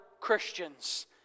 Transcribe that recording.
Christians